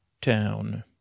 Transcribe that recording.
town